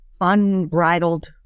unbridled